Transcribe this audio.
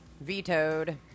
vetoed